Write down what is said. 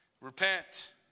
repent